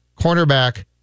cornerback